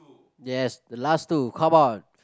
yes the last two come on